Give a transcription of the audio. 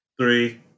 Three